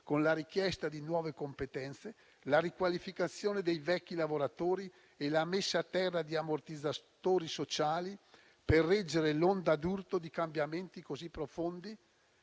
e la richiesta di nuove competenze, la riqualificazione dei vecchi lavoratori e la messa a terra di ammortizzatori sociali, per reggere l'onda d'urto di cambiamenti così profondi?